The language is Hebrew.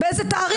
באיזה תאריך?